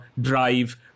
drive